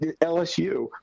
LSU